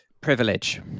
Privilege